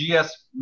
GS